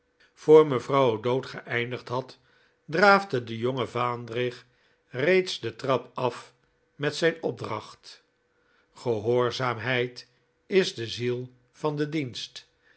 voor mevrouw o'dowd geeindigd had draafde de jonge vaandrig reeds de trap af met zijn opdracht gehoorzaamheid is de ziel van den dienst